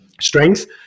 strength